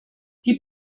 die